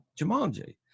jumanji